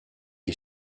you